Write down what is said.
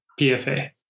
PFA